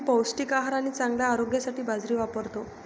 मी पौष्टिक आहार आणि चांगल्या आरोग्यासाठी बाजरी वापरतो